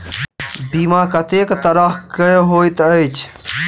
बीमा कत्तेक तरह कऽ होइत छी?